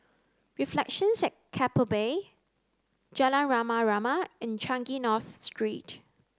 reflections at Keppel Bay Jalan Rama Rama and Changi North Street